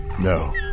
No